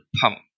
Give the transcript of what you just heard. pump